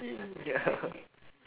y~ ya